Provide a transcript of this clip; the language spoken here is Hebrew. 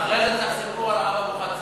אבל אחרי זה תחסכו על הרב אבוחצירא.